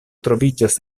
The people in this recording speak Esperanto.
troviĝas